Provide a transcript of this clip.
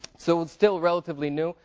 so it's still relatively new.